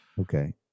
Okay